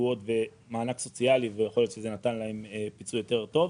קבועות ומענק סוציאלי ויכול להיות שזה נתן להם פיצוי יותר טוב.